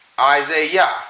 Isaiah